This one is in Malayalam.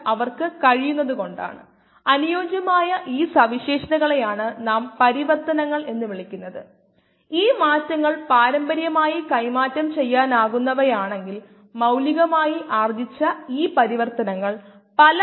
നമ്മൾ ഇത് കാണുന്നു ഞാൻ ഈ 5 മിനിറ്റ് 300 സെക്കൻഡായി പരിവർത്തനം ചെയ്തു ശരി